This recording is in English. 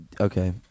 Okay